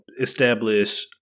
establish